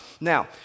now